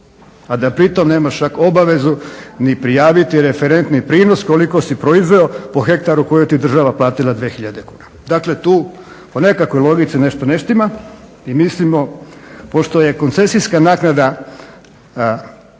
A da pritom nemaš čak obavezu ni prijaviti referentni prinos koliko si proizveo po hektaru koji ti je država platila 2000 kuna. Dakle, tu po nekakvoj logici nešto ne štima i mislimo pošto je koncesijska naknada